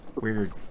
Weird